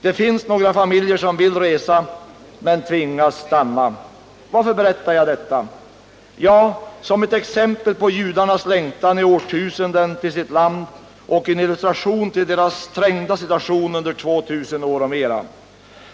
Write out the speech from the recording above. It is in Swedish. Det finns några familjer som vill resa men tvingas stanna. Varför berättar jag detta? Ja, som ett exempel på judarnas längtan i årtusenden till sitt land och som en illustration till deras trängda situation under två tusen år och mer.